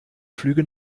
flüge